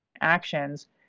actions